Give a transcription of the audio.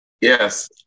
yes